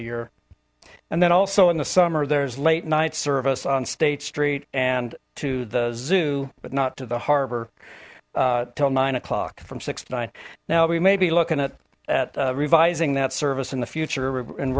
the year and then also in the summer there's late night service on state street and to the zoo but not to the harbor till nine o'clock from six nine now we may be looking at at revising that service in the future and